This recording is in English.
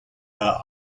her